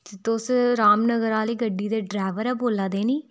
ते तुस रामनगर आह्ली गड्डी दे ड्रैबर ऐ बोल्लै दे नी